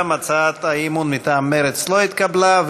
גם הצעת האי-אמון מטעם מרצ לא התקבלה.